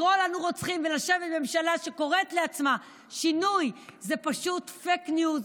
לקרוא לנו רוצחים ולשבת בממשלה שקוראת לעצמה שינוי זה פשוט פייק ניוז,